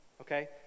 okay